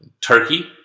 turkey